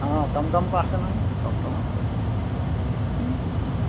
অঁ টমটম আছে নহয় টমটমত পঠাই দিম